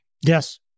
Yes